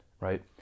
right